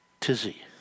tizzy